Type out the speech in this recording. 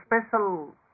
special